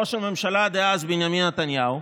ראש הממשלה דאז בנימין נתניהו,